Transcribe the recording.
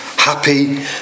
happy